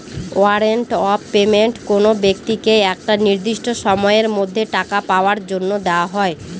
warrant of payment কোনো ব্যক্তিকে একটা নির্দিষ্ট সময়ের মধ্যে টাকা পাওয়ার জন্য দেওয়া হয়